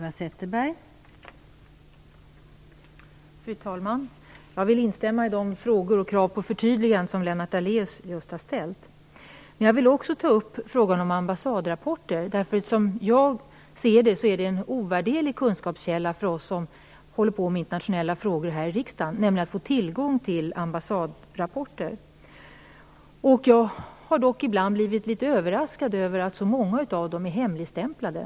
Fru talman! Jag instämmer i Lennart Daléus frågor och krav på förtydliganden. Men jag vill också ta upp frågan om ambassadrapporter. Som jag ser detta är tillgången till ambassadrapporter en ovärderlig kunskapskälla för oss här i riksdagen som håller på med internationella frågor. Ibland har jag dock blivit överraskad över att många ambassadrapporter är hemligstämplade.